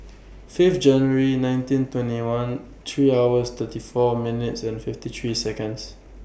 Fifth January nineteen twenty one three hours thirty four minutes and fifty three Seconds